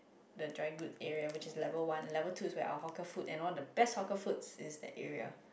the dry goods area which is level one level two is where our hawker food and the best hawker foods in that area